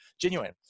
Genuine